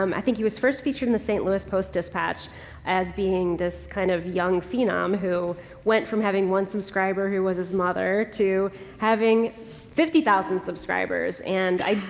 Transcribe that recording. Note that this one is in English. um i think he was first featured in the st. louis post dispatch as being this kind of young phenom who went from having one subscriber who was his mother to having fifty thousand subscribers and i,